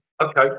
Okay